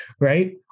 right